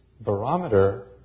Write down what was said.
barometer